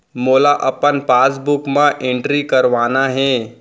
मोला अपन पासबुक म एंट्री करवाना हे?